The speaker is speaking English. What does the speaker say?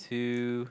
two